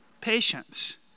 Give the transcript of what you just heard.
patience